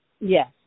Yes